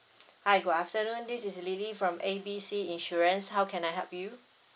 hi good afternoon this is lily from A B C insurance how can I help you